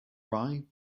rye